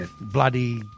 bloody